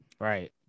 Right